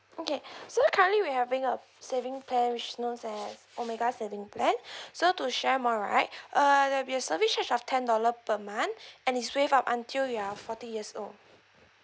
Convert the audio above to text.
okay so currently we having a savings plan which is known as omega saving plan so to share more right uh there'll be a service charge of ten dollar per month and is waived up until you're forty years old